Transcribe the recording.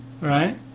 Right